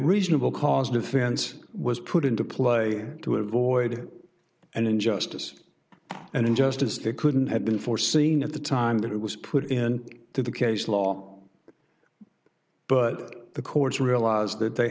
reasonable cause defense was put into play to avoid an injustice and injustice that couldn't have been foreseen at the time that it was put in to the case law but the courts realize that they